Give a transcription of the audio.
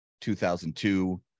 2002